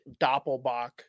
doppelbach